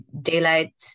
daylight